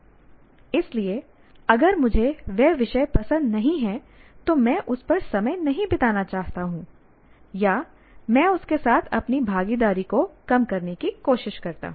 इसलिए अगर मुझे वह विषय पसंद नहीं है तो मैं उस पर समय नहीं बिताना चाहता हूं या मैं उस के साथ अपनी भागीदारी को कम करने की कोशिश करता हूं